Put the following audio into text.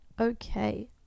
Okay